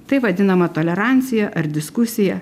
tai vadinama tolerancija ar diskusija